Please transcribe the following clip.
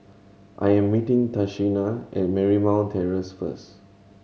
I am meeting Tashina at Marymount Terrace first